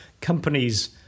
companies